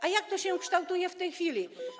A jak to się kształtuje w tej chwili?